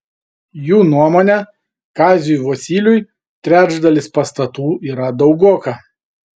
jų nuomone kaziui vosyliui trečdalis pastatų yra daugoka